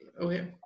Okay